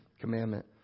commandment